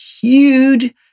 huge